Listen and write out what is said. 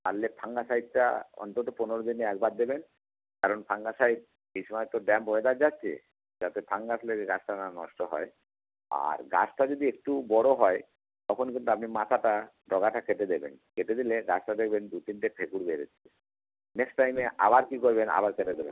পারলে ফাঙ্গাসাইডটা অন্তত পনেরো দিনে একবার দেবেন কারণ ফাঙ্গাসাইড এই সমায় তো ড্যাম্প ওয়েদার যাচ্ছে যাতে ফাঙ্গাস লেগে গাছটা না নষ্ট হয় আর গাছটা যদি একটু বড়ো হয় তখন কিন্তু আপনি মাথাটা ডগাটা কেটে দেবেন কেটে দিলে গাছটা দেখবেন দু তিনটে ফেকুর বেরোচ্ছে নেক্সট টাইমে আবার কী করবেন আবার কেটে দেবেন